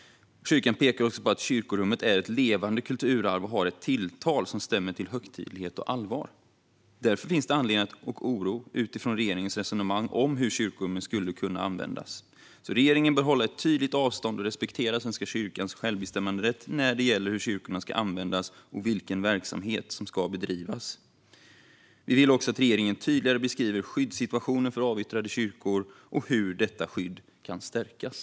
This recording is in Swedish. Kyrkan pekar också på att kyrkorummet är ett levande kulturarv och har ett tilltal som stämmer till högtidlighet och allvar. Därför finns det anledning till oro när det gäller regeringens resonemang om hur kyrkorummet skulle kunna användas. Regeringen bör hålla ett tydligt avstånd och respektera Svenska kyrkans självbestämmanderätt när det gäller hur kyrkorna ska användas och vilken verksamhet som ska bedrivas. Vi vill också att regeringen tydligare beskriver skyddssituationen för avyttrade kyrkor och hur skyddet kan stärkas.